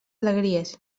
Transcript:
alegries